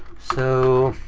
so,